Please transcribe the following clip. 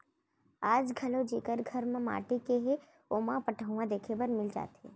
आज घलौ जेकर घर ह माटी के हे ओमा पटउहां देखे बर मिल जाथे